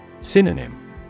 Synonym